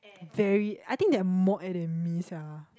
very I think they are more act than me sia